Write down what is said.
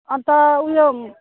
अन्त उयो